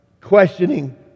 questioning